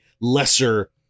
lesser